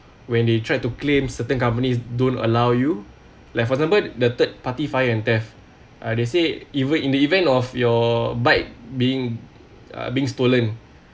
when they tried to claim certain companies don't allow you like for example the third party fire and theft uh they say even in the event of your bike being being stolen